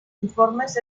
informes